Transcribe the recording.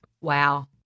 Wow